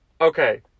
Okay